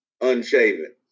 unshaven